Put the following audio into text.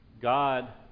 God